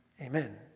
Amen